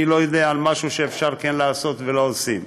אני לא יודע על משהו שאפשר כן לעשות ולא עושים.